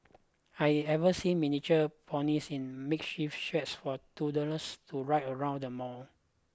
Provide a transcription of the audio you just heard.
I've even seen miniature ponies in makeshift sheds for toddlers to ride around the mall